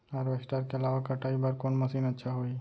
Harvester के अलावा कटाई बर कोन मशीन अच्छा होही?